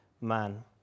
man